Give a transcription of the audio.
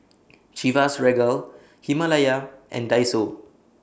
Chivas Regal Himalaya and Daiso